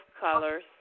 colors